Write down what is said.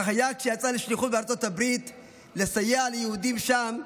כך היה כשיצא לשליחות בארצות הברית לסייע ליהודים שם.